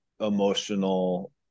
emotional